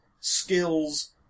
skills